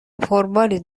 پرباری